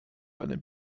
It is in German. einem